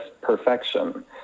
perfection